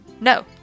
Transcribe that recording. No